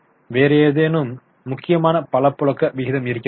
வேறு ஏதேனும் முக்கியமான பணப்புழக்க விகிதம் இருக்கிறதா